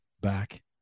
back